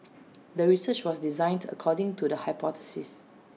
the research was designed according to the hypothesis